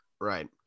Right